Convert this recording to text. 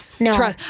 No